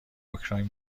اوکراین